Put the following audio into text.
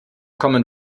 common